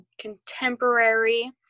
contemporary